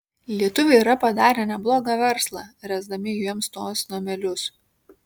lietuviai yra padarę neblogą verslą ręsdami jiems tuos namelius